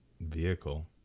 vehicle